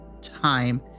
time